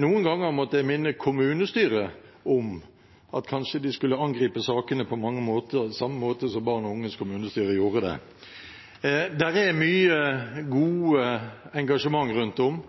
Noen ganger måtte jeg minne kommunestyret om at de kanskje skulle angripe sakene på samme måte som Barn og unges kommunestyre gjorde det. Det er mye godt engasjement rundt om.